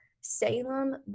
Salem